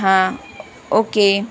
હા ઓકે